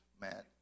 Matt